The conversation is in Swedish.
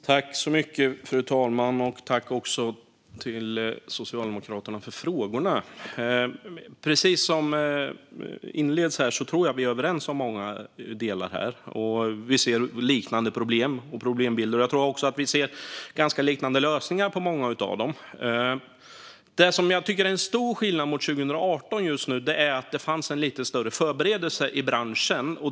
Fru talman! Jag tackar Socialdemokraterna för frågorna. Som det inleddes med tror jag att vi är överens om många delar här. Vi ser liknande problem och problembilder, och jag tror också att vi ser ganska liknande lösningar på många av dem. Det jag tycker är en stor skillnad mot 2018 är att det har funnits en lite bättre beredskap i branschen.